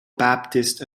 baptist